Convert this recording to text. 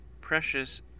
precious